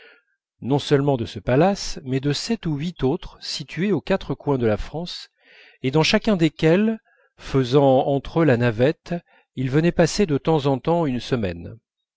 non seulement de ce palace mais de sept ou huit autres situés aux quatre coins de la france et dans chacun desquels faisant entre eux la navette il venait passer de temps en temps une semaine